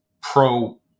pro